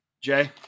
Jay